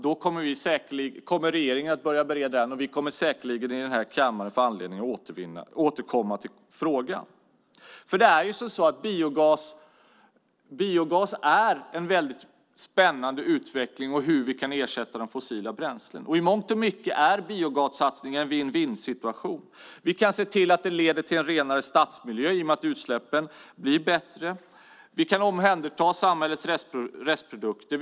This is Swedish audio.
Då kommer regeringen att börja bereda den, och vi kommer säkerligen i den här kammaren att få anledning att återkomma till frågan. Biogas och hur den kan ersätta fossila bränslen är ju ett väldigt spännande utvecklingsområde. I mångt och mycket är biogassatsningar en win-win-situation. Vi kan se till att det leder till en renare stadsmiljö genom att utsläppen blir mindre. Vi kan omhänderta samhällets restprodukter.